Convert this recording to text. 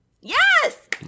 Yes